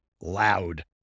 loud